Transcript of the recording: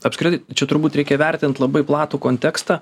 apskritai čia turbūt reikia vertint labai platų kontekstą